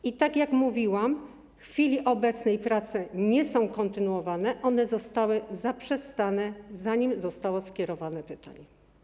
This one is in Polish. I tak jak mówiłam, w chwili obecnej prace nie są kontynuowane, one zostały zaprzestane, zanim zostało skierowane pytanie.